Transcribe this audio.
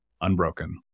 unbroken